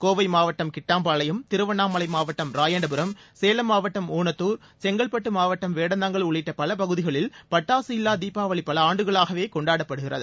கோவை மாவட்டம் கிட்டாம்பாளையம் திருவண்ணாமலை மாவட்டம் ராயன்டபுரம் சேலம் மாவட்டம் ஊனத்தார் செங்கல்பட்டு மாவட்டம் வேடந்தாங்கல் உள்ளிட்ட பல பகுதிகளில் பட்டாசு இல்லா தீபாவளி பல ஆண்டுகளாகவே கொண்டாடப்படுகிறது